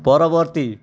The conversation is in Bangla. পরবর্তী